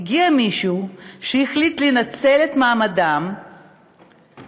הגיע מישהו שהחליט לנצל את מעמדו ולקחת